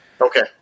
Okay